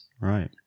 Right